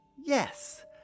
Yes